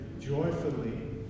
joyfully